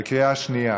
בקריאה שנייה?